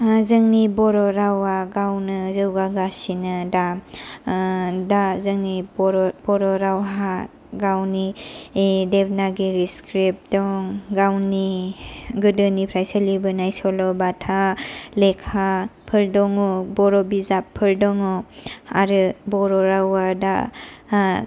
ओ जोंनि बर' रावा गावनो जौगागासिनो दा ओ दा जोंनि बर' रावहा गावनि देवनागिरि स्क्रिप्ट दं गावनि गोदोनिफ्राय सोलिबोनाय सल'बाथा लेखाफोर दङ बर' बिजाबफोर दङ आरो बर' रावा दा